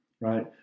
right